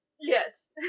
Yes